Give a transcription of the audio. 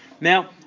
Now